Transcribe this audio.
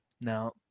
now